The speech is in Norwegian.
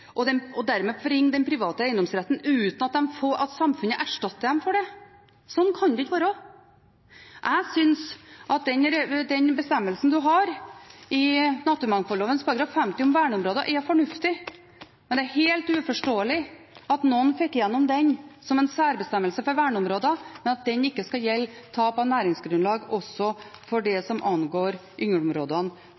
forringe den private eiendomsretten uten at samfunnet erstatter dem for det. Slik kan det ikke være. Jeg synes at den bestemmelsen man har i naturmangfoldloven § 50 om verneområder, er fornuftig, men det er helt uforståelig at noen fikk den igjennom som en særbestemmelse for verneområder, men at den ikke skal gjelde tap av næringsgrunnlag også for det som angår